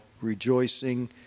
Rejoicing